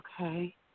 Okay